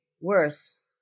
Worse